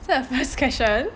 so the first question